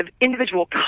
individual